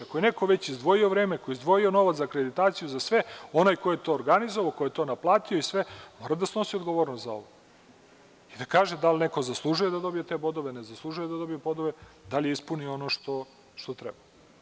Ako je neko već izdvojio vreme, ako je izdvojio novac za akreditaciju, za sve, onaj ko je to organizovao, ko je to naplatio i sve, on mora da snosi odgovornost za ovo i da kaže da li neko zaslužuje da dobije te bodove ili ne zaslužuje da dobije bodove, da li je ispunio ono što treba.